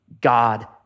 God